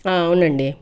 ఆ అవునండి